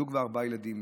זוג וארבעה ילדים,